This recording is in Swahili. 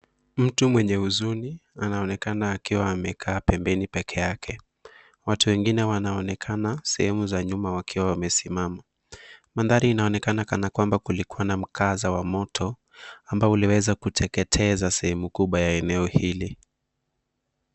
Mtu mwenye huzuni anaonekana akiwa amekaa pembeni peke yake, watu wengine wanaonekana sehemu za nyuma wakiwa wamesimama. Mandhari inaonekana kulikua na mkasa wa moto ambao uliweza kuteketeza sehemu kubwa ya eneo hili.